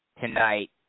tonight